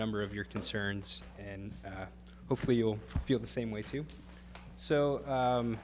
number of your concerns and hopefully you'll feel the same way too so